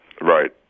Right